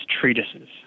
treatises